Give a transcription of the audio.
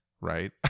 right